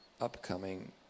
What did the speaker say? upcoming